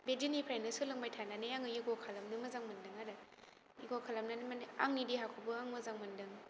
बे दिननिफ्रायनो सोलोंबाय थानानै आङो योगा खालामनो मोजां मोनदों आरो योगा खालामनानै माने आंनि देहाखौबो आं मोजां मोनदों